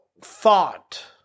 thought